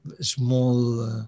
small